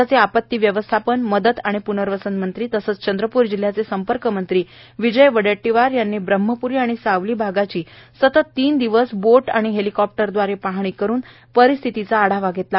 राज्याचे आपत्ती व्यवस्थापन मदत आणि प्नर्वसन मंत्री तथा चंद्रपूर जिल्ह्याचे संपर्कमंत्री विजय वडेट्टीवार यांनी ब्रह्मप्री आणि सावली भागाची सतत तीन दिवस बोट आणि हेलिकॉप्टरद्वारे पाहणी करून परिस्थितीचा आढावा घेतला